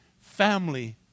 family